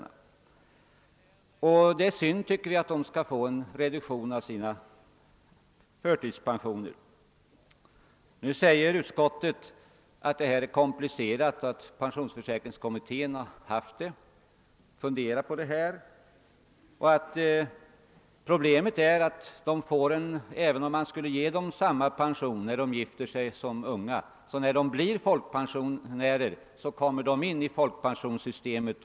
Vi tycker det är synd att de skall få sina förtidspensioner reducerade. Nu säger utskottet att detta är ett komplicerat problem, som pensionsförsäkringskommittén har funderat över. Även om man skulle låta unga förtidspensionärer som gifter sig få behålla pensionen oreducerad, så reduceras pensionen när de kommer in i folkpensionssystemet.